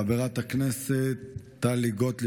חברת הכנסת טלי גוטליב,